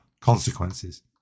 consequences